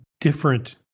different